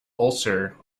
ulcer